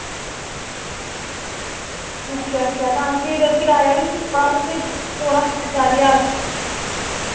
अच्छा अच्छा भी किराया तुसेंगी पौना चार ज्हार